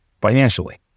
financially